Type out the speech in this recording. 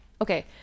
okay